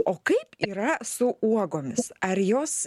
o kaip yra su uogomis ar jos